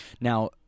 Now